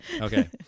okay